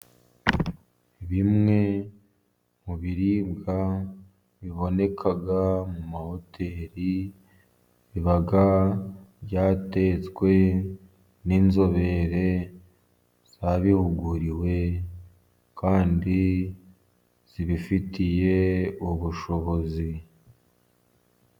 Bimwe mu biribwa biboneka mu mahoteri, biba byatetswe n'inzobere zabihuguriwe, kandi zibifitiye ubushobozi.